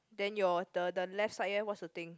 then your the the left side eh what's the thing